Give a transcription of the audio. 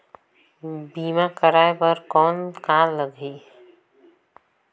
बीमा कराय बर कौन का लगही?